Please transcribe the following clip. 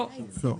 לא.